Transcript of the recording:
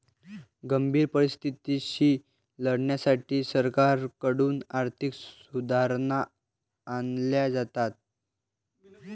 गंभीर परिस्थितीशी लढण्यासाठी सरकारकडून आर्थिक सुधारणा आणल्या जातात